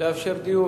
לאפשר דיון.